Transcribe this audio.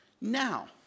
now